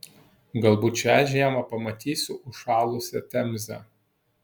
galbūt šią žiemą pamatysiu užšalusią temzę